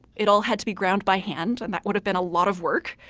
it all had to be ground by hand, and that would have been a lot of work.